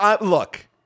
look